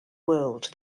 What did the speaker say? world